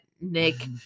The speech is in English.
nick